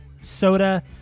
Soda